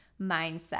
mindset